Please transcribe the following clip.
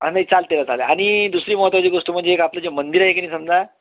आम्ही चालते का चालेल आणि दुसरी महत्त्वाची गोष्ट म्हणजे आपलं जे मंदिर आहे की नाही समजा